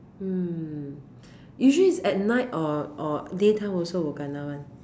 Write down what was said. mm usually is at night or or day time also will kena [one]